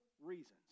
reasons